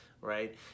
right